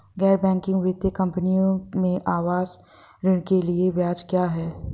गैर बैंकिंग वित्तीय कंपनियों में आवास ऋण के लिए ब्याज क्या है?